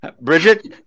Bridget